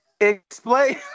explain